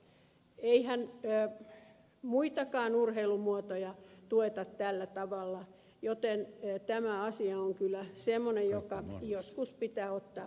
eihän muitakaan urheilumuotoja tueta tällä tavalla joten tämä asia on kyllä semmoinen joka joskus pitää ottaa uudelleen käsittelyyn